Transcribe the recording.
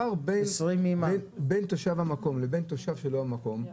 הפער בין תושב המקום לבין מי שלא תושב המקום,